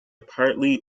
partly